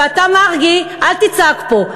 ואתה, מרגי, אל תצעק פה.